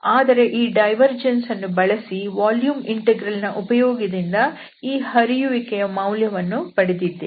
ಆದರೆ ಈ divergence theorem ಅನ್ನು ಬಳಸಿ ವಾಲ್ಯೂಮ್ ಇಂಟೆಗ್ರಲ್ ನ ಉಪಯೋಗದಿಂದ ಈ ಹರಿಯುವಿಕೆ ಯ ಮೌಲ್ಯವನ್ನು ಕಂಡುಹಿಡಿದಿದ್ದೇವೆ